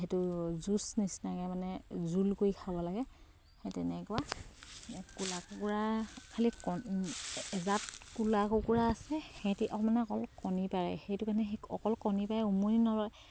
সেইটো জুচ নিচিনাকে মানে জোল কৰি খাব লাগে সেই তেনেকুৱা কোলা কুকুৰা খালী এজাত কোলা কুকুৰা আছে সিহঁতি অকমান অকল কণী পাৰে সেইটো কাৰণে সেই অকল কণী পাৰে উমনি নলয়